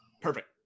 Perfect